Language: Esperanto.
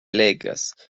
legas